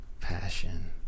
passion